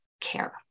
care